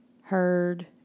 heard